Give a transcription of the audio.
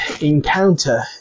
encounter